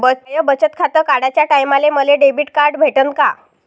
माय बचत खातं काढाच्या टायमाले मले डेबिट कार्ड भेटन का?